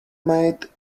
mate